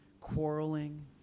quarreling